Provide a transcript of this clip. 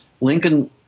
Lincoln